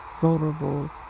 vulnerable